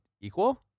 equal